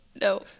No